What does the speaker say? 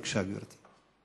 בבקשה, גברתי.